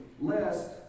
lest